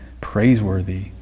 praiseworthy